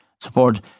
support